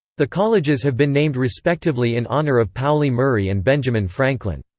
the colleges have been named respectively in honor of pauli murray and benjamin franklin.